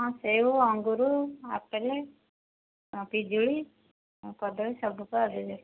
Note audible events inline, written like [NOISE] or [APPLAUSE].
ହଁ ସେଓ ଅଙ୍ଗୁର ଆପଲ୍ ପିଜୁଳି ଆଉ କଦଳୀ ସବୁ ତ [UNINTELLIGIBLE]